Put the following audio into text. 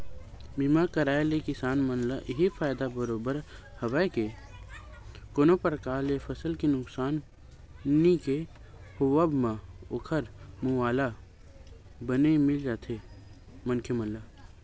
बीमा करवाय ले किसान मन ल इहीं फायदा बरोबर हवय के कोनो परकार ले फसल के नुकसानी के होवब म ओखर मुवाला बने मिल जाथे मनखे ला